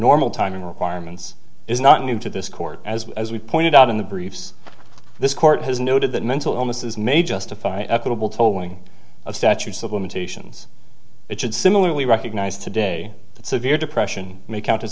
normal timing requirements is not new to this court as as we pointed out in the briefs this court has noted that mental illnesses may justify equitable tolling of statutes of limitations it should similarly recognize today that severe depression may count as